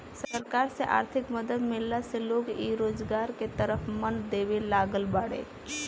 सरकार से आर्थिक मदद मिलला से लोग इ रोजगार के तरफ मन देबे लागल बाड़ें